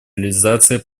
реализации